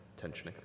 tensioning